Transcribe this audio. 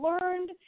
learned